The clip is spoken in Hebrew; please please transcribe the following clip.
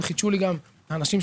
וחידשו לי גם האנשים.